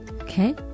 okay